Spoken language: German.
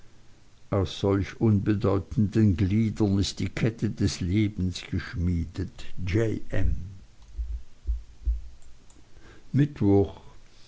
aus solch unbedeutenden gliedern ist die kette des lebens geschmiedet j m mittwoch